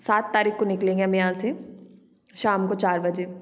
सात तारीख को निकलेंगे हम यहाँ से शाम को चार बजे